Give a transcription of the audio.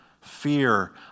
fear